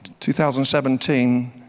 2017